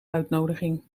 uitnodiging